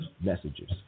messages